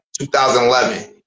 2011